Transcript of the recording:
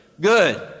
good